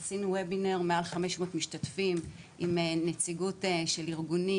עשינו וובינר מעל כ-500 משתתפים עם נציגות של ארגונים,